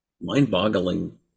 mind-boggling